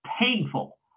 painful